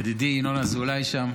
ידידי ינון אזולאי שם,